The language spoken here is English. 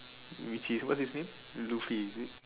which is what do you say Luffy is it